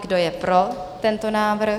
Kdo je pro tento návrh?